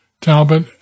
Talbot